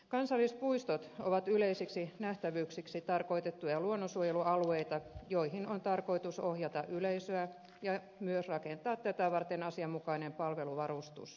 kansallispuistot ovat yleisiksi nähtävyyksiksi tarkoitettuja luonnonsuojelualueita joihin on tarkoitus ohjata yleisöä ja myös rakentaa tätä varten asianmukainen palveluvarustus